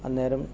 അന്നേരം